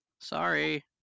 Sorry